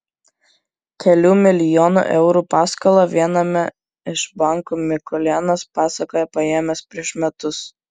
kelių milijonų eurų paskolą viename iš bankų mikulėnas pasakoja paėmęs prieš metus